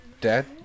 Dad